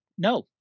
No